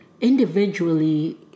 individually